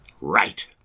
Right